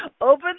Open